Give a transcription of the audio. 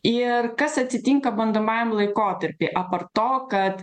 ir kas atitinka bandomajam laikotarpy aptart to kad